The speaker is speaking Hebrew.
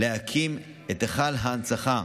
להקים את היכל ההנצחה,